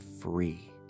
free